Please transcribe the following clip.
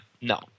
no